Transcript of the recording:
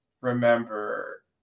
remember